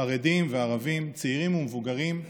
חרדים וערבים, צעירים ומבוגרים.